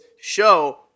show